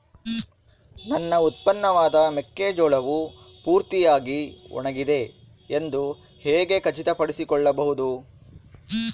ನನ್ನ ಉತ್ಪನ್ನವಾದ ಮೆಕ್ಕೆಜೋಳವು ಪೂರ್ತಿಯಾಗಿ ಒಣಗಿದೆ ಎಂದು ಹೇಗೆ ಖಚಿತಪಡಿಸಿಕೊಳ್ಳಬಹುದು?